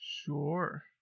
Sure